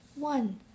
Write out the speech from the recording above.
One